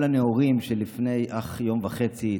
כל הנאורים שלפני אך יום וחצי תקפו,